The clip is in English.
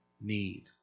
need